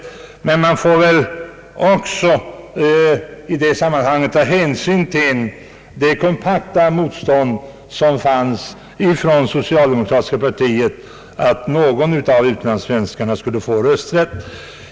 Emellertid får man väl i det sammanhanget ta hänsyn till det kompakta motståndet från socialdemokratiska partiet mot att någon av utlandssvenskarna skulle få rösträtt.